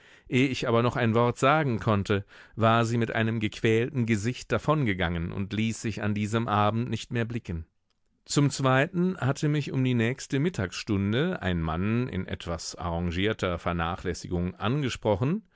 ich aber noch ein wort sagen konnte war sie mit einem gequälten gesicht davongegangen und ließ sich an diesem abend nicht mehr blicken zum zweiten hatte mich um die nächste mittagsstunde ein mann in etwas arrangierter vernachlässigung angesprochen